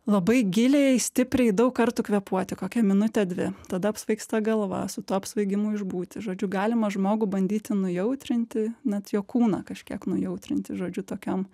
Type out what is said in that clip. labai giliai stipriai daug kartų kvėpuoti kokią minutę dvi tada apsvaigsta galva su tuo apsvaigimu išbūti žodžiu galima žmogų bandyti nujautrinti net jo kūną kažkiek nujautrinti žodžiu tokiom